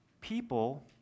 People